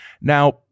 Now